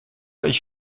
ich